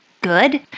good